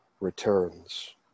returns